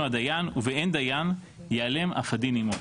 הדיין ובאין דיין - ייעלם אף הדין עמו".